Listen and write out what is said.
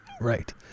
Right